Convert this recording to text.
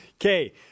Okay